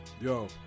yo